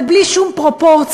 אבל בלי שום פרופורציה,